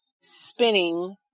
spinning